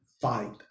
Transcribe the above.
fight